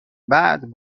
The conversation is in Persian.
بعد